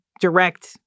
direct